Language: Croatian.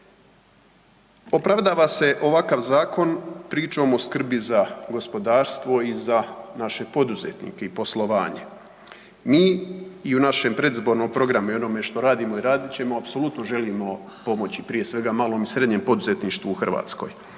Opravdava se ovakav zakon pričom o skrbi za gospodarstvo i za naše poduzetnike i poslovanje. Mi i u našem predizbornom programu i onome što radimo i radit ćemo apsolutno želimo pomoći prije svega malom i srednjem poduzetništvu u Hrvatskoj,